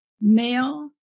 male